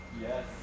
Yes